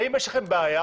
האם יש לכם בעיה,